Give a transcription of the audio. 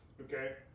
Okay